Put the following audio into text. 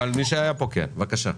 אבל מי שהיה פה כן הוציא אותי.